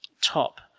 top